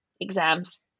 exams